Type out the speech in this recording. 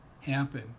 happen